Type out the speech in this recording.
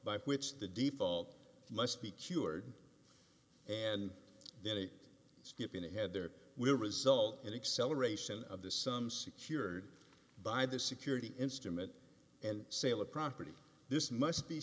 by which the default must be cured and then a skipping ahead there will result in acceleration of the sum secured by the security instrument and sale of property this must be